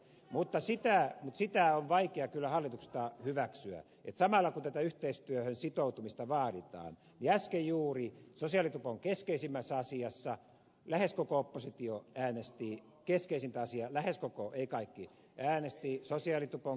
mutta sitä on vaikea kyllä hallituksen hyväksyä että samalla kun tätä yhteistyöhön sitoutumista vaaditaan niin äsken juuri lähes koko oppositio äänesti lähes koko eivät kaikki sosiaalitupon keskeisintä asiaa vastaan